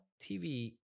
TV